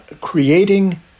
creating